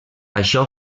això